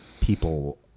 people